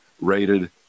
rated